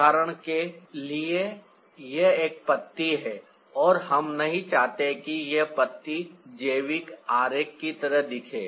उदाहरण के लिए यह एक पत्ती है और हम नहीं चाहते कि यह पत्ती जैविक आरेख की तरह दिखे